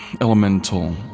Elemental